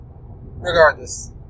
regardless